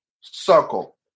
circle